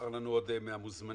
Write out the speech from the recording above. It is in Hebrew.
אנחנו נמשיך בדיון.